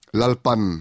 lalpan